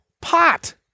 Pot